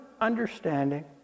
understanding